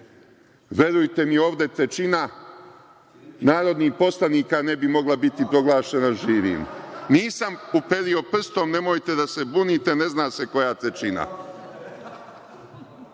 verujte mi, ovde trećina narodnih poslanika ne bi mogla biti proglašena živim. Nisam uperio prstom, nemojte da se bunite, ne zna se koja trećina.